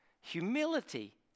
humility